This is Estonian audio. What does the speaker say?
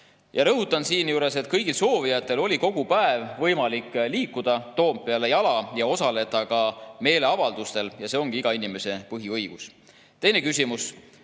rõhutan siinjuures, et kõigil soovijatel oli kogu päev võimalik liikuda Toompeale jala ja osaleda ka meeleavaldustel, nagu see ongi iga inimese põhiõigus. Teine küsimus: